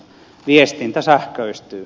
viestintä sähköistyy